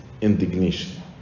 indignation